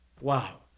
Wow